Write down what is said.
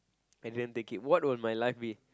and then take it what would my life be